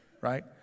right